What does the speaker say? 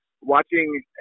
watching